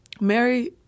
mary